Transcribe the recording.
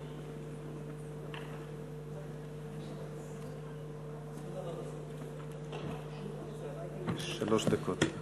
שלוש דקות.